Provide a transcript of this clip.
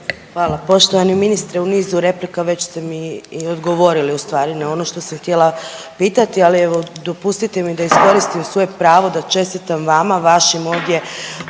Hvala. Poštovani ministre u nizu replika već ste mi odgovorili ustvari na ono što sam htjela pitati, ali evo dopustite mi da iskoristim svoje pravo da čestitam vama, vašim ovdje